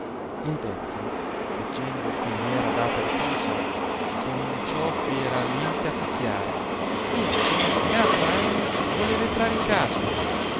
il vecchio veggendo che gli era data ripulsa cominciò fieramente a pichiare e con ostinato animo voleva entrare in casa